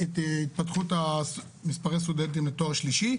התפתחות מספר הסטודנטים לתואר שלישי.